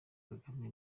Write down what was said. kagame